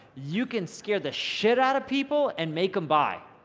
you can scare the shit out of people and make them buy.